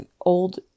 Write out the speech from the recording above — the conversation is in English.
old